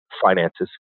finances